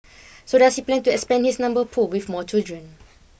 so does he plan to expand his number pool with more children